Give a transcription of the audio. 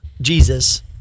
Jesus